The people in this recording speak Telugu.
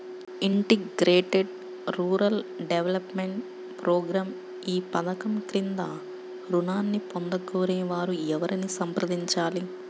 ఇంటిగ్రేటెడ్ రూరల్ డెవలప్మెంట్ ప్రోగ్రాం ఈ పధకం క్రింద ఋణాన్ని పొందగోరే వారు ఎవరిని సంప్రదించాలి?